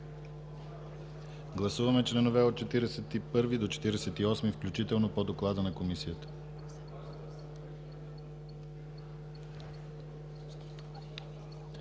гласуване членове от 41 до 48 включително по доклада на Комисията.